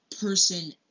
person